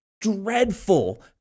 dreadful